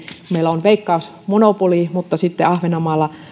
meillä on veikkaus monopoli mutta sitten ahvenanmaalla